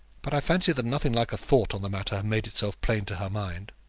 but i fancy that nothing like a thought on the matter had made itself plain to her mind.